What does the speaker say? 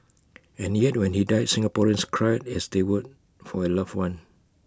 and yet when he died Singaporeans cried as they would for A loved one